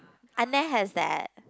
has that